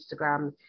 instagram